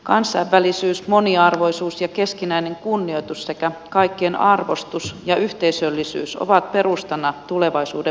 kansainvälisyys moniarvoisuus ja keskinäinen kunnioitus sekä kaikkien arvostus ja yhteisöllisyys ovat perustana tulevaisuuden menestykselle